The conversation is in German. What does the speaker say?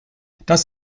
das